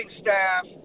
staff